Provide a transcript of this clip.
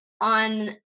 On